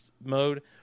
mode